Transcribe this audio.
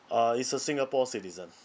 uh he's a singapore citizen